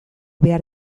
behar